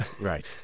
Right